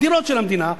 הדירות של המדינה,